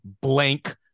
blank